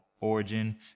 origin